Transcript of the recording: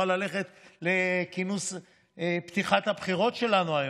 על מנת שאנחנו נוכל ללכת לכינוס פתיחת הבחירות שלנו היום,